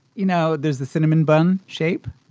you know, there's the cinnamon bun shape.